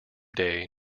day